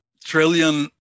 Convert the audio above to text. trillion